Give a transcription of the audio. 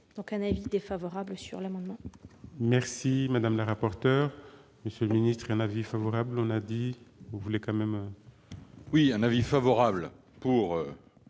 donc un avis défavorable sur ces amendements